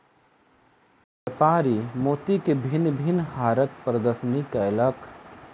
व्यापारी मोती के भिन्न भिन्न हारक प्रदर्शनी कयलक